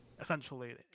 essentially